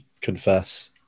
confess